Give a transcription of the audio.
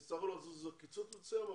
נצטרך לעשות עוד קיצוץ מסוים אבל